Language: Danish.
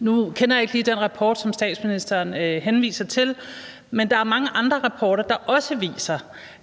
Nu kender jeg ikke lige den rapport, som statsministeren henviser til, men der er masser af andre rapporter, der også viser,